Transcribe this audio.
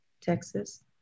Texas